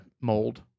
mold